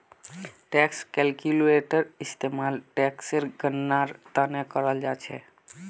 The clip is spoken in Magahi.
टैक्स कैलक्यूलेटर इस्तेमाल टेक्सेर गणनार त न कराल जा छेक